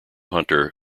hunter